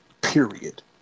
Period